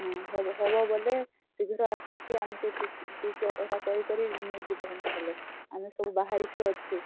ହଁ ହବ ହବ ବଏଲେ ଶୀଘ୍ର ଆସିକି ଆମ୍କେ ପିକ୍ ପିକ୍ ହେଟା କରି କରି ନେଇଯିବ ହେନ୍ତାହେଲେ ଆମେ ସବୁ ବାହରିକି ଅଛୁ